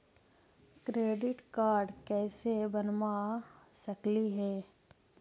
Credit card कैसे बनबा सकली हे?